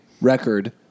record